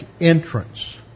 entrance